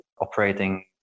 operating